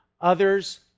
Others